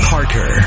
Parker